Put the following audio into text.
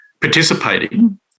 participating